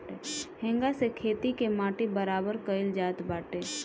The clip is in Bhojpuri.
हेंगा से खेत के माटी बराबर कईल जात बाटे